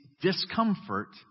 discomfort